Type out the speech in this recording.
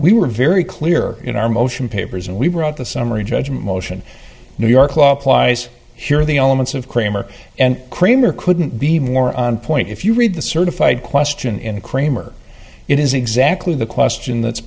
we were very clear in our motion papers and we wrote the summary judgment motion new york law applies here the elements of cramer and cramer couldn't be more on point if you read the certified question in cramer it is exactly the question that's